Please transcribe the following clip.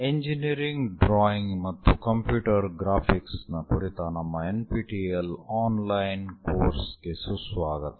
engineering drawing ಮತ್ತು computer graphics ನ ಕುರಿತ ನಮ್ಮ NPTEL online ಕೋರ್ಸ್ಗೆ ಸುಸ್ವಾಗತ